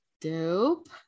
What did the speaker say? dope